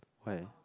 where